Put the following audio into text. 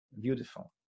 beautiful